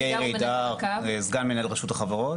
אני יאיר אידר, סגן מנהל רשות החברות.